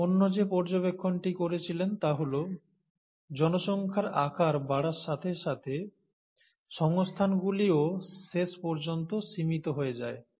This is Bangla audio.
তিনি অন্য যে পর্যবেক্ষণটি করেছিলেন তা হল জনসংখ্যার আকার বাড়ার সাথে সাথে সংস্থানগুলিও শেষ পর্যন্ত সীমিত হয়ে যায়